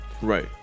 Right